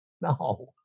No